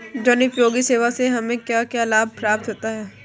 जनोपयोगी सेवा से हमें क्या क्या लाभ प्राप्त हो सकते हैं?